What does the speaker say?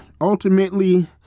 Ultimately